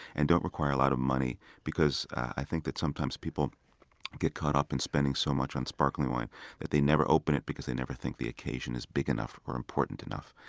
and don't require a lot of money because i think that sometimes people get caught up in spending so much on sparkling wine that they never open it because they never think the occasion is big enough or important enough.